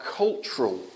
cultural